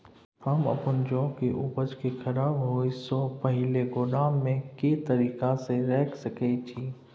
हम अपन जौ के उपज के खराब होय सो पहिले गोदाम में के तरीका से रैख सके छी?